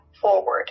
forward